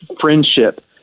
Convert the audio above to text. friendship